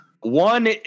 One